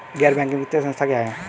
गैर बैंकिंग वित्तीय संस्था क्या है?